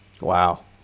Wow